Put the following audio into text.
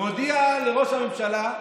הוא מודיע לראש הממשלה,